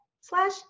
slash